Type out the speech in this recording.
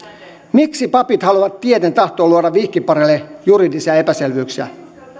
miksi papit haluavat tieten tahtoen luoda vihkipareille juridisia epäselvyyksiä